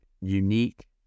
unique